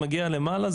מגיע למעלה,